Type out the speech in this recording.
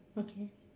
okay